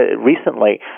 recently